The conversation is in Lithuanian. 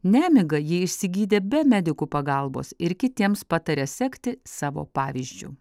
nemigą ji išsigydė be medikų pagalbos ir kitiems pataria sekti savo pavyzdžiu